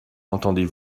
entendez